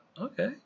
okay